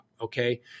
Okay